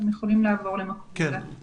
אתם יכולים לעבור למקבולה.